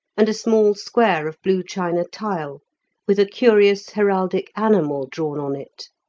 and a small square of blue china tile with a curious heraldic animal drawn on it.